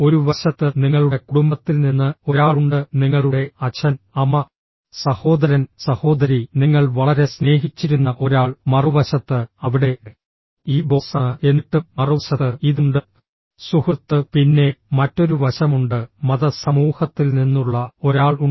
ഒരു വശത്ത് നിങ്ങളുടെ കുടുംബത്തിൽ നിന്ന് ഒരാളുണ്ട് നിങ്ങളുടെ അച്ഛൻ അമ്മ സഹോദരൻ സഹോദരി നിങ്ങൾ വളരെ സ്നേഹിച്ചിരുന്ന ഒരാൾ മറുവശത്ത് അവിടെ ഈ ബോസ് ആണ് എന്നിട്ടും മറുവശത്ത് ഇത് ഉണ്ട് സുഹൃത്ത് പിന്നെ മറ്റൊരു വശമുണ്ട് മത സമൂഹത്തിൽ നിന്നുള്ള ഒരാൾ ഉണ്ട്